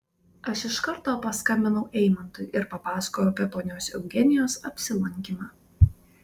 aš iš karto paskambinau eimantui ir papasakojau apie ponios eugenijos apsilankymą